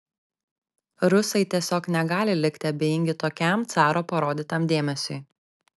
rusai tiesiog negali likti abejingi tokiam caro parodytam dėmesiui